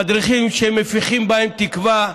המדריכים שמפיחים בהם תקווה,